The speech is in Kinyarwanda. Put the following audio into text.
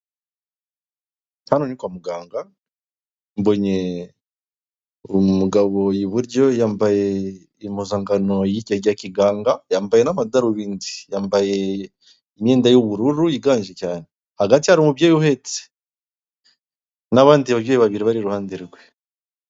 Hano ni kwa muganga, mbonye umugabo iburyo yambaye impuzankano yakiganga yambaye n'amadarubindi yambaye imyenda y'ubururu iganje cyane. Hagati hari umubyeyi uhetse n'abandi babyeyi babiri bari iruhande rwe.